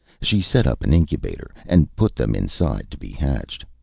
she set up an incubator, and put them inside, to be hatched.